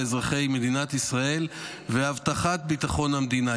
אזרחי מדינת ישראל והבטחת ביטחון המדינה.